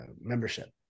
membership